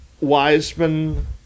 Wiseman